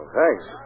thanks